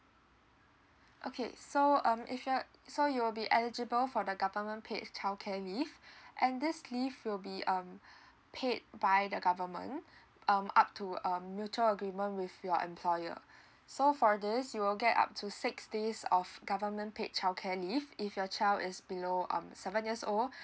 okay so um if you're so you'll be eligible for the government paid childcare leave and this leave will be um paid by the government um up to a mutual agreement with your employer so for this you will get up to six days of government paid childcare leave if your child is below um seven years old